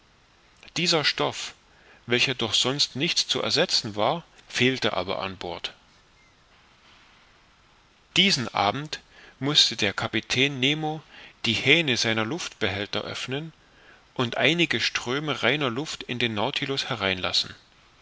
dieser stoff welcher durch sonst nichts zu ersetzen war fehlte aber an bord diesen abend mußte der kapitän nemo die hähne seiner luftbehälter öffnen und einige ströme reiner luft in den nautilus hineinlassen